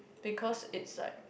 because is like